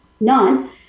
none